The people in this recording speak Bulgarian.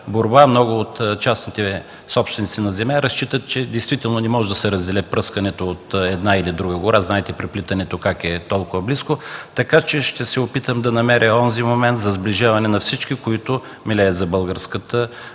борба, много от частните собственици на земя, действително считат, че не може да се раздели пръскането за една или друга гора, а знаете как преплитането е толкова близко. Така че ще се опитам да намеря онзи момент за сближаване на всички, които милеят за българската